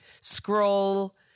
scroll